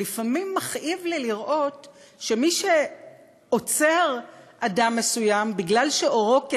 ולפעמים מכאיב לי לראות שמי שעוצר אדם מסוים בגלל שעורו כהה,